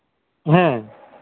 ᱦᱩᱸ